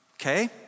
Okay